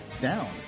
down